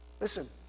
Listen